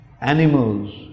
animals